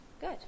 Good